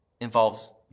involves